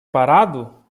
parado